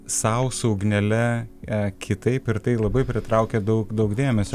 sau su ugnele e kitaip ir tai labai pritraukia daug daug dėmesio